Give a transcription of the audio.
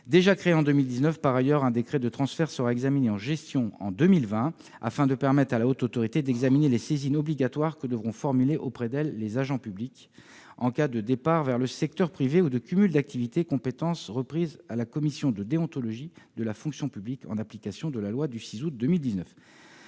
déjà créés en 2019. Par ailleurs, un décret de transfert sera examiné en gestion en 2020 afin de permettre à la HATVP d'examiner les saisines obligatoires que devront formuler auprès d'elle les agents publics en cas de départ vers le secteur privé ou de cumul d'activités, une compétence reprise à la Commission de déontologie de la fonction publique, en application de la loi du 6 août 2019